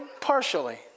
partially